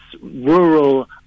rural